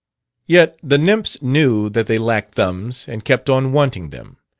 yet the nymphs knew that they lacked thumbs and kept on wanting them.